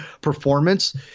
performance